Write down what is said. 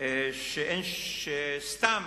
סתם